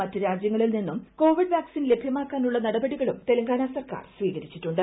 മറ്റു രാജ്യങ്ങളിൽ നിന്നും കോവിഡ് വാക്സിൻ ലഭ്യമാക്കാനുള്ള നടപടികളും തെലുങ്കാന സർക്കാർ സ്വീകരിച്ചിട്ടുണ്ട്